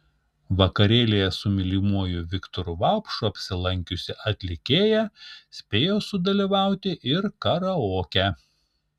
vakarėlyje su mylimuoju viktoru vaupšu apsilankiusi atlikėja spėjo sudalyvauti ir karaoke